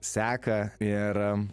seką ir